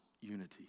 Unity